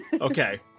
Okay